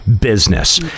business